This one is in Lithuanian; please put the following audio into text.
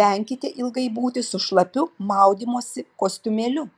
venkite ilgai būti su šlapiu maudymosi kostiumėliu